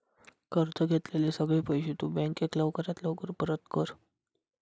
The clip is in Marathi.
कर्ज घेतलेले सगळे पैशे तु बँकेक लवकरात लवकर परत कर